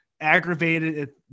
aggravated